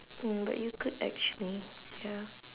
mm but you could actually ya